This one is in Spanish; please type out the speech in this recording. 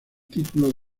título